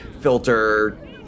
filter